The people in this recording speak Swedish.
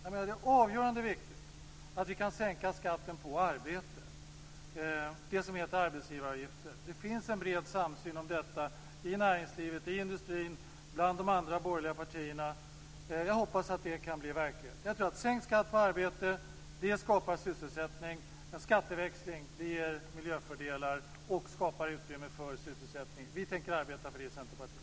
Det är av avgörande vikt att vi kan sänka skatten på arbete, det som heter arbetsgivaravgifter. Det finns en bred samsyn om detta i näringslivet, i industrin och bland de andra borgerliga partierna. Jag hoppas att det kan bli verklighet. Jag tror att sänkt skatt på arbete skapar sysselsättning. Skatteväxling ger miljöfördelar och skapar utrymme för sysselsättning. Vi tänker arbeta för det i Centerpartiet.